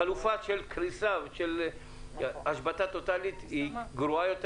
חלופה של קריסה ושל השבתה טוטאלית היא גרועה יותר.